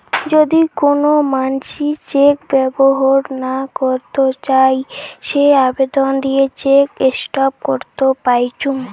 যদি কোন মানসি চেক ব্যবহর না করত চাই সে আবেদন দিয়ে চেক স্টপ করত পাইচুঙ